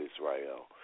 Israel